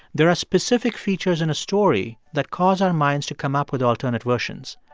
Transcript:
there are specific features in a story that cause our minds to come up with alternate versions.